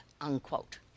unquote